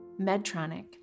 Medtronic